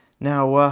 now,